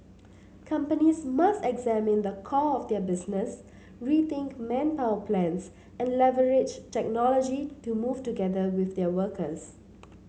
companies must examine the core of their business rethink manpower plans and leverage technology to move together with their workers